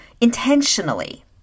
intentionally